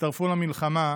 הצטרפו למלחמה,